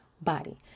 body